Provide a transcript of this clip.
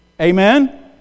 Amen